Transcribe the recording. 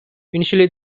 initially